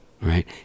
right